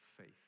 faith